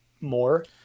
more